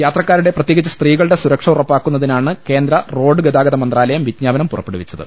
യാത്രക്കാരുടെ പ്രത്യേകിച്ച് സ്ത്രീകളുടെ സുരക്ഷ ഉറപ്പാക്കുന്ന തിനാണ് കേന്ദ്രറോഡ് ഗതാഗത മന്ത്രാലയം വിജ്ഞാപനം പുറപ്പെടുവിച്ചത്